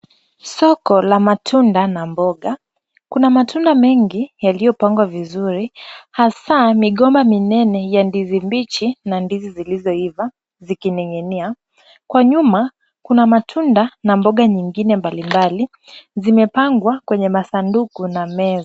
Soko la matunda na mboga. Kuna matunda mengi yaliyopangwa vizuri hasa migomba minene ya ndizi mbichi na ndizi zilizoiva zikining'inia. Kwa nyuma, kuna matunda na mboga nyingine mbalimbali zimepangwa kwenye masanduku na meza.